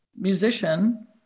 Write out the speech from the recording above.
musician